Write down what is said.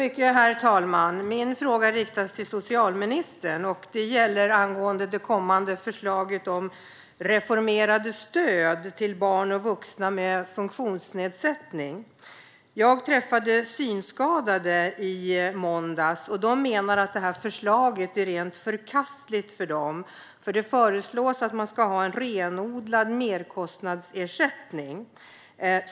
Herr talman! Min fråga riktas till socialministern och gäller det kommande förslaget om reformerade stöd till barn och vuxna med funktionsnedsättning. I måndags träffade jag synskadade. De menar att detta förslag är rent förkastligt för dem, eftersom det föreslås att man ska ha en renodlad merkostnadsersättning.